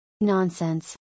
Nonsense